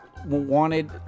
Wanted